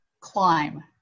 climb